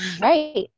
Right